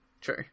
True